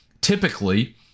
typically